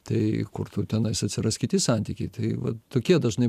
tai kur tau tenais atsiras kiti santykiai tai vat tokie dažnai